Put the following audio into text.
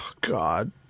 God